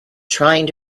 trying